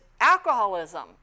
alcoholism